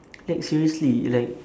like seriously like